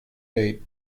date